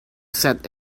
set